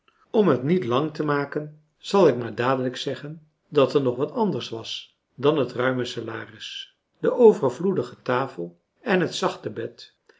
om het niet lang te maken zal ik maar dadelijk zeggen dat er nog wat anders was dan het ruime salaris de overvloedige tafel en het zachte bed